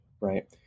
right